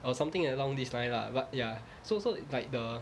or something along this line lah but ya so so like the